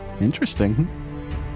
Interesting